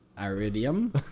Iridium